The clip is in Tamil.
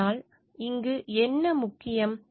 ஆனால் இங்கு என்ன முக்கியம்